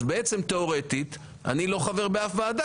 אז בעצם תיאורטית אני לא חבר באף ועדה